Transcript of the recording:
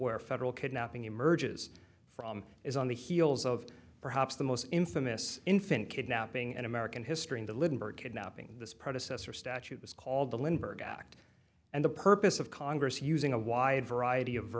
where federal kidnapping emerges from is on the heels of perhaps the most infamous infant kidnapping in american history in the lindbergh kidnapping this predecessor statute was called the lindbergh act and the purpose of congress using a wide variety of